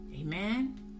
amen